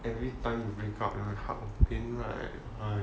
every time you break up your heart will pain right !aiya!